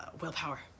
willpower